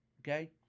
okay